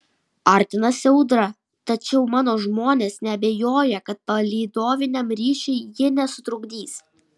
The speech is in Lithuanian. artinasi audra tačiau mano žmonės neabejoja kad palydoviniam ryšiui ji nesutrukdys